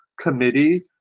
committee